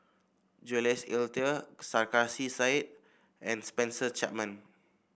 Jules Itier Sarkasi Said and Spencer Chapman